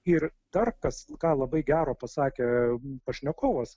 ir dar kas ką labai gero pasakė pašnekovas